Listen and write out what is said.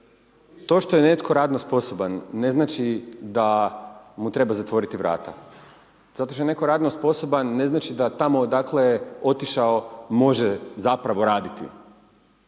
to što je netko radno sposoban ne znači da mu treba zatvoriti vrata, zato što je netko radno sposoban ne znači da tamo odakle je otišao može zapravo raditi,